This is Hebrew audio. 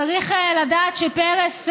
צריך לדעת שפרס,